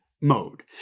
mode